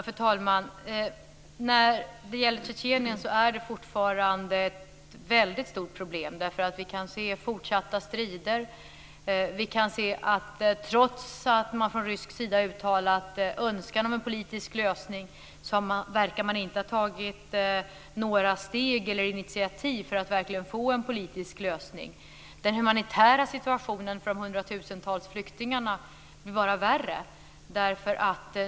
Fru talman! Det finns fortfarande väldigt stora problem i Tjetjenien. Vi kan se fortsatta strider. Trots att man från rysk sida uttalat en önskan om en politisk lösning verkar man inte ha tagit några initiativ för att verkligen få en sådan. Den humanitära situationen för de hundratusentals flyktingarna blir bara värre.